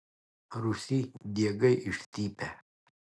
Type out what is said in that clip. rūsy diegai išstypę